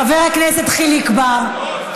חבר הכנסת חיליק בר,